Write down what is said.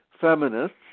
feminists